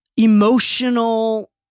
emotional